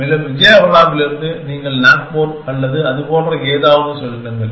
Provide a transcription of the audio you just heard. மேலும் விஜயவாடாவிலிருந்து நீங்கள் நாக்பூர் அல்லது அதுபோன்ற ஏதாவது செல்லுங்கள்